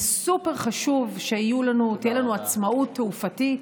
זה סופר-חשוב שתהיה לנו עצמאות תעופתית.